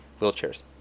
wheelchairs